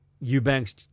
Eubanks